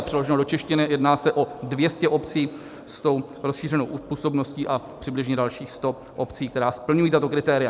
Přeloženo do češtiny, jedná se o 200 obcí s tou rozšířenou působností a přibližně dalších 100 obcí, které splňují tato kritéria.